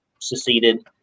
seceded